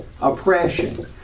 oppression